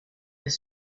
his